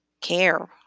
care